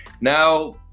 Now